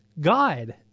god